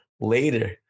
later